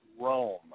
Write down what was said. Rome